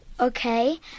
Okay